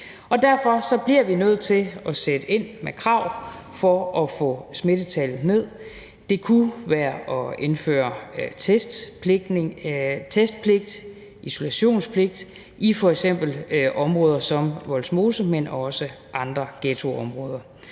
Derfor bliver vi nødt til at sætte ind med krav for at få smittetallet ned, og det kunne være at indføre testpligt, isolationspligt i f.eks. områder som Vollsmose, men også andre ghettoområder,